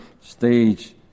stage